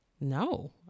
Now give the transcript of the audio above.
No